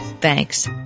Thanks